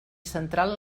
central